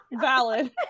Valid